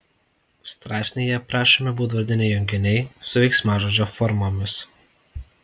straipsnyje aprašomi būdvardiniai junginiai su veiksmažodžio formomis